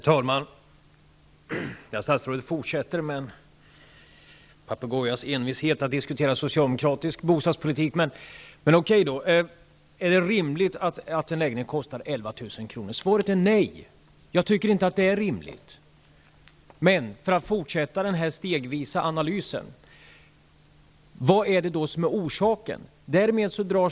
Herr talman! Statsrådet fortsätter att med en papegojas envishet diskutera socialdemokratisk bostadspolitik. Okej då: Är det rimligt att en trerumslägenhet kostar 11 000 kr. per månad. Svaret är nej. Jag tycker inte att det är rimligt, men för att fortsätta den här stegvisa analysen: Vad är det då för orsak?